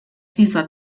dieser